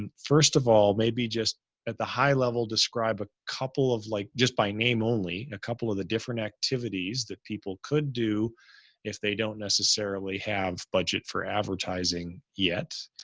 and first of all, maybe just at the high level, describe a couple of like just by name only a couple of the different activities that people could do if they don't necessarily have budget for advertising yet.